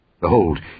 Behold